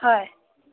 হয়